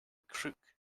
crook